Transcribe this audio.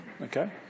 Okay